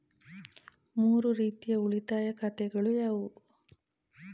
ಮೂರು ರೀತಿಯ ಉಳಿತಾಯ ಖಾತೆಗಳು ಯಾವುವು?